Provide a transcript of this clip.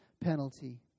penalty